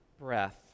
breath